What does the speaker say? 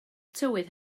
tywydd